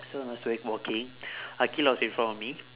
so I was wal~ walking aqilah was in front of me